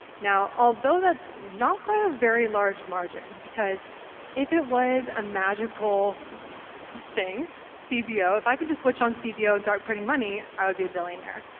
now although that's not by a very large margin, because if it was a magical thing cbo, if i could just switch on cbo and start printing money, i would be a billionaire,